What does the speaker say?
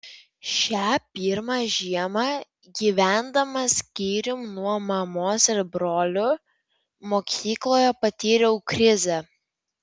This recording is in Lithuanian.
šią pirmą žiemą gyvendamas skyrium nuo mamos ir brolių mokykloje patyriau krizę